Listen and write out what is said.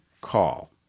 call